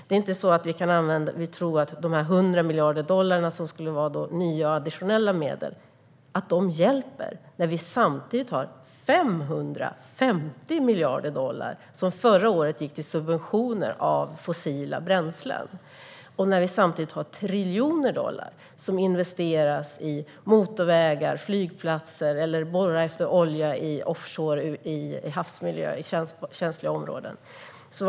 Vi ska inte tro att de 100 miljarder dollar som skulle vara nya och additionella medel hjälper när 550 miljarder dollar samtidigt gick till subventioner av fossila bränslen förra året. Dessutom investeras triljoner dollar i motorvägar, flygplatser och offshoreborrning efter olja i känsliga områden i havsmiljö.